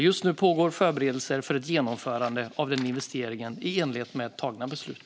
Just nu pågår förberedelser för ett genomförande av den investeringen i enlighet med tagna beslut.